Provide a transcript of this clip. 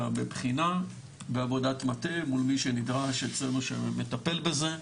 בבחינה ועבודת מטה מול מי שנדרש אצלנו שמטפל בזה.